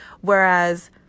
whereas